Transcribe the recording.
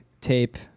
tape